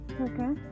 Okay